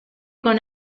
con